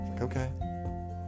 Okay